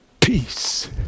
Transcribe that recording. peace